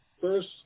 First